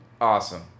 Awesome